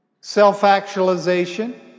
Self-actualization